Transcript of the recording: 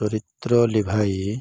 ଚରିତ୍ର ଲିଭାଇ